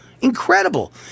Incredible